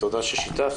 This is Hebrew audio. תודה ששיתפת.